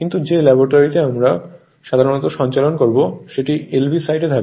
কিন্তু যে ল্যাবরেটরিতে আমরা সাধারনত সঞ্চালন করব সেটি LV সাইডে থাকে